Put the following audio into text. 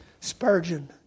Spurgeon